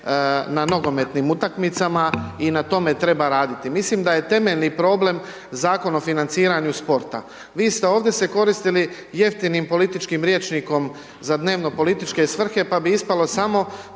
na nogometnim utakmicama i na tome treba raditi. Mislim da je temeljni problem Zakon o financiranju sporta. Vi ste ovdje se koristili jeftinim političkim rječnikom za dnevno-političke svrhe pa bi ispalo samo